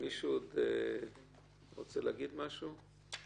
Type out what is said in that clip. עד מישהו רוצה להגיד משהו?